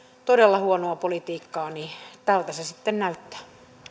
todella huonoa politiikkaa niin tältä se sitten näyttää